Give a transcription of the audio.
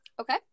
Okay